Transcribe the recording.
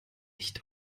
nicht